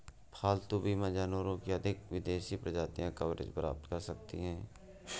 पालतू बीमा जानवरों की अधिक विदेशी प्रजातियां कवरेज प्राप्त कर सकती हैं